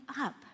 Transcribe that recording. up